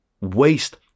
Waste